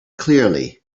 clearly